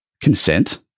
consent